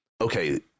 okay